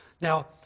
Now